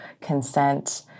consent